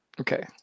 Okay